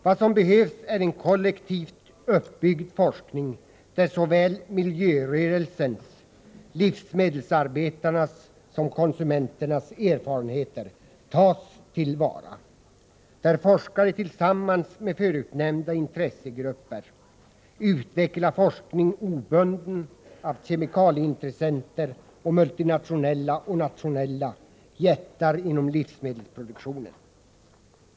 Vad som behövs är en kollektivt uppbyggd forskning, där såväl miljörörelsens som livsmedelsarbetarnas och konsumenternas erfarenheter tas till vara och där forskare tillsammans med förutnämnda intressegrupper utvecklar forskning obunden av kemikalieintressenter och multinationella och nationella jättar inom livsmedelsproduktionen.